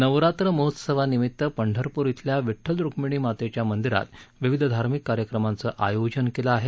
नवरात्र महोत्सवानिमित्त पंढरपूर शिल्या विड्डल रुक्मीणी मातेच्या मंदिरात विविध धार्मिक कार्यक्रमाचं शियोजन केलं शिहे